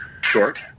short